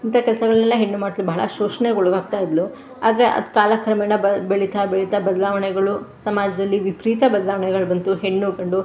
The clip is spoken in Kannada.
ಇಂಥ ಕೆಲಸಗಳ್ನೆಲ್ಲ ಹೆಣ್ಣು ಮಾಡ್ತಾ ಭಾಳ ಶೋಷಣೆಗೊಳಗಾಗ್ತಾಯಿದ್ಲು ಆದರೆ ಅದು ಕಾಲ ಕ್ರಮೇಣ ಬೆಳಿತಾ ಬೆಳಿತಾ ಬದಲಾವಣೆಗಳು ಸಮಾಜದಲ್ಲಿ ವಿಪರೀತ ಬದ್ಲಾವಣೆಗಳು ಬಂತು ಹೆಣ್ಣು ಗಂಡು